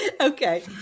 Okay